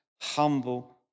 humble